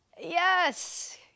yes